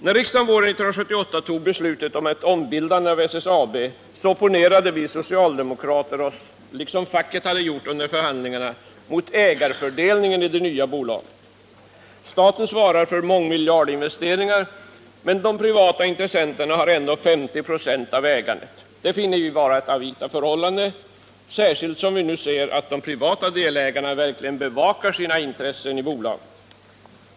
När riksdagen våren 1978 tog beslutet om bildandet av SSAB opponerade vi socialdemokrater oss, liksom facket hade gjort under förhandlingarna, mot ägarfördelningen i det nya bolaget. Staten svarar för mångmiljardinvesteringar, men de privata intressenterna har ändå 50 96 av ägandet. Detta finner vi vara ett avvita förhållande, särskilt som vi nu ser att de privata delägarna verkligen bevakar sina intressen i bolaget.